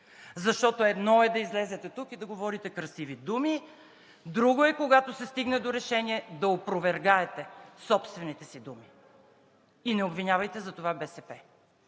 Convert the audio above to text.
защото едно е да излезете тук и да говорите красиви думи, друго е, когато се стигне до решение, да опровергаете собствените си думи. И не обвинявайте за това БСП!